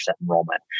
enrollment